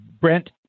Brent